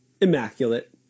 immaculate